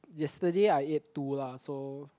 yesterday I ate two lah so